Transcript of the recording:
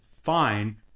fine